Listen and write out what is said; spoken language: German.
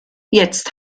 jetzt